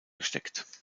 gesteckt